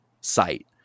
site